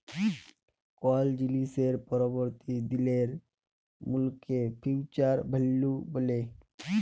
call জিলিসের পরবর্তী দিলের মূল্যকে ফিউচার ভ্যালু ব্যলে